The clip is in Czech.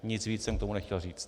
Nic víc jsem k tomu nechtěl říct.